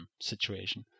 situation